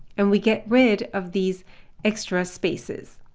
and we get rid of these extra spaces.